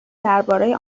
درباره